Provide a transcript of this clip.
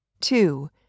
two